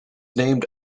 named